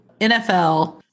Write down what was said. NFL